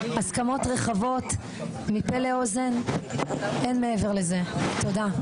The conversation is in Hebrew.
הסכמות רחבות מפה לאוזן, אין מעבר לזה, תודה.